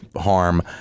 harm